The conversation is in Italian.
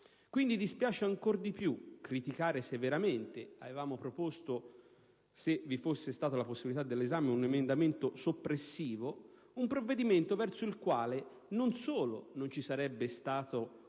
Quindi dispiace ancor di più criticare severamente (avevamo proposto, se fosse stato possibile procedere all'esame, un emendamento soppressivo) un provvedimento verso il quale non solo non ci sarebbe stata